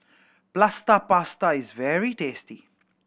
Plaster Prata is very tasty